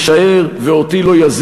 להם: אני כאן כדי להישאר ואותי לא יזיזו,